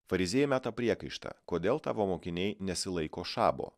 fariziejai meta priekaištą kodėl tavo mokiniai nesilaiko šabo